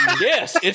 Yes